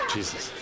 Jesus